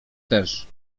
też